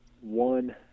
One